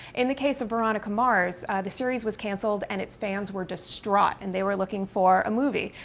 in the case of veronica mars, the series was canceled and its fans were distraught and they were looking for a movie.